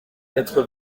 quatre